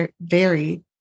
vary